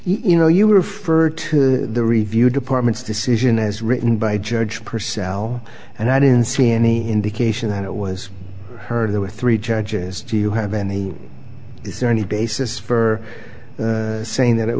you know you referred to the review department's decision as written by judge purcell and i didn't see any indication that it was her there were three judges do you have any is there any basis for saying that it